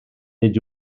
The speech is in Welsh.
nid